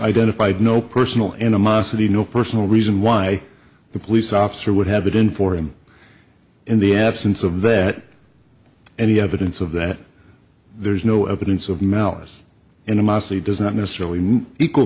identified no personal animosity no personal reason why the police officer would have it in for him in the absence of that any evidence of that there's no evidence of malice animosity does not necessarily